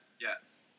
Yes